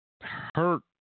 hurt